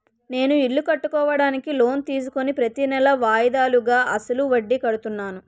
నేను ఇల్లు కట్టుకోడానికి లోన్ తీసుకుని ప్రతీనెలా వాయిదాలుగా అసలు వడ్డీ కడుతున్నాను